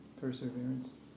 Perseverance